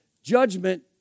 Judgment